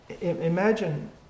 Imagine